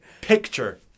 Picture